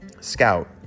scout